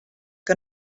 que